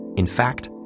in fact,